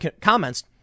comments